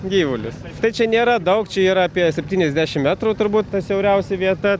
gyvulius tai čia nėra daug čia yra apie septyniasdešimt metrų turbūt siauriausia vieta